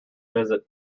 visit